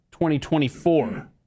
2024